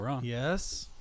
Yes